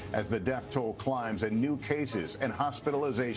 as the death toll climbs and new cases and hospitalizations